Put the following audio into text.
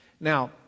Now